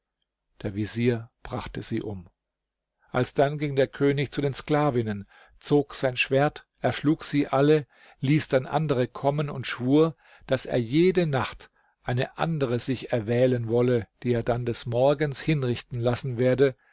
der vezier brachte sie um alsdann ging der könig zu den sklavinnen zog sein schwert erschlug sie alle ließ dann andere kommen und schwur daß er jede nacht eine andere sich erwählen wolle die er dann des morgens hinrichten lassen werde